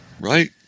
Right